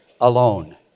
alone